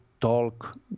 talk